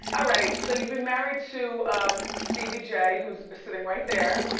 ah right, so you've been married to stevie j, who's sitting right there.